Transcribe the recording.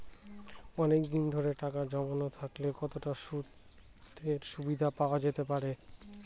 অনেকদিন ধরে টাকা জমানো থাকলে কতটা সুদের সুবিধে পাওয়া যেতে পারে?